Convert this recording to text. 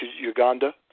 Uganda